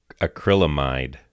acrylamide